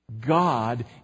God